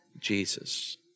Jesus